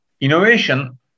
Innovation